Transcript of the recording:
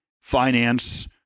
finance